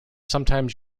sometimes